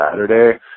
Saturday